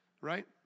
Right